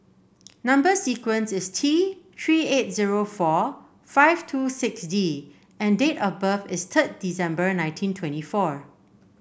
number sequence is T Three eight zero four five two six D and date of birth is third December nineteen twenty four